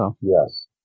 Yes